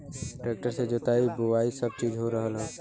tractor से जोताई बोवाई सब चीज हो रहल हौ